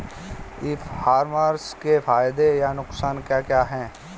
ई commerce के फायदे या नुकसान क्या क्या हैं?